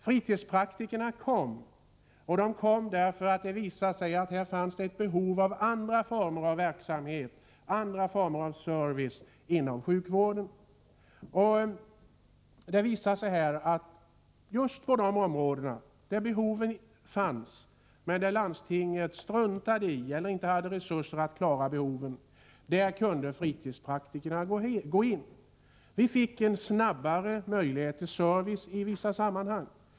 Fritidspraktikerna kom, och de kom därför att det visade sig att det fanns ett behov av andra former av verksamhet, andra former av service inom sjukvården. Det visar sig här att just på de områden där behoven fanns, men där landstinget struntade i eller inte hade resurser att klara behoven, kunde fritidspraktikerna gå in. Vi fick en bättre möjlighet till service i vissa sammanhang.